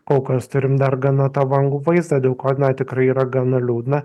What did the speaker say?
kol kas turim dar gana tą vangų vaizdą dėl ko na tikrai yra gan liūdna